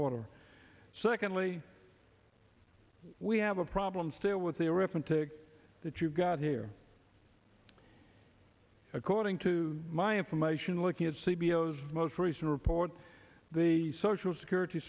order secondly we have a problem still with the arithmetic that you've got here according to my information looking at c b s most recent report the social security